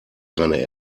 keine